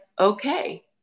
okay